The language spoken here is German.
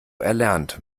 erlernt